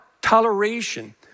toleration